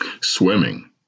Swimming